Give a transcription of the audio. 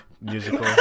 Musical